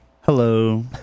Hello